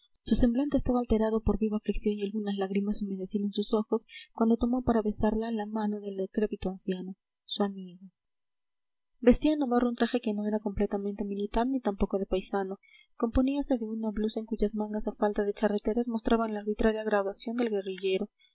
su semblante estaba alterado por viva aflicción y algunas lágrimas humedecieron sus ojos cuando tomó para besarla la mano del decrépito anciano su amigo vestía navarro un traje que no era completamente militar ni tampoco de paisano componíase de una blusa en cuyas mangas a falta de charreteras mostraban la arbitraria graduación del guerrillero